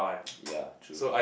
yeah true